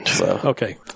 Okay